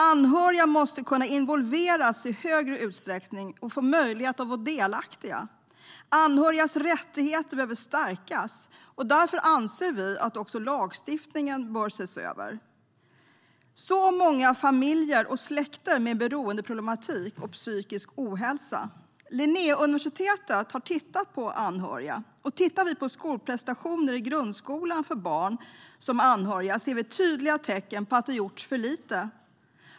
Anhöriga måste kunna involveras i högre utsträckning och få möjlighet att vara delaktiga. Anhörigas rättigheter behöver stärkas. Därför anser vi att lagstiftningen bör ses över. Det finns så många familjer och släkter med beroendeproblematik och psykisk ohälsa. Linnéuniversitet har tittat på anhöriga. Tittar vi på skolprestationer i grundskolan för barn som är anhöriga ser vi tydliga tecken på att det har gjorts för lite.